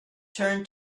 turn